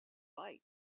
bite